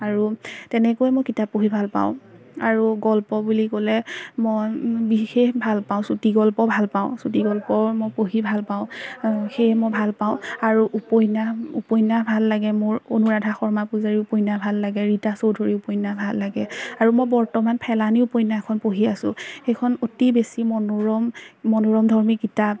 আৰু তেনেকৈ মই কিতাপ পঢ়ি ভালপাওঁ আৰু গল্প বুলি ক'লে মই বিশেষ ভালপাওঁ চুটি গল্প ভালপাওঁ ছুটীগল্প মই পঢ়ি ভালপাওঁ সেয়ে মই ভালপাওঁ আৰু উপন্যাস উপন্যাস ভাল লাগে মোৰ অনুৰাধা শৰ্মা পূজাৰীৰ উপন্যাস ভাল লাগে ৰীতা চৌধুৰীৰ উপন্যাস ভাল লাগে আৰু মই বৰ্তমান ফেলানী উপন্যাস এখন পঢ়ি আছো সেইখন অতি বেছি মনোৰম মনোৰমধৰ্মী কিতাপ